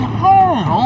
home